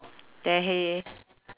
there hey